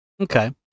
Okay